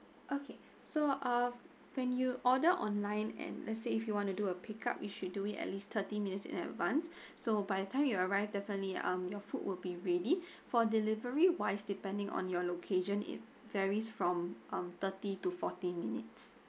okay so uh when you order online and let's say if you want to do a pick up you should do it at least thirty minutes in advance so by the time you arrived definitely um your food will be ready for delivery wise depending on your location it varies from um thirty to forty minutes